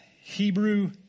Hebrew